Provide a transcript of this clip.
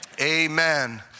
Amen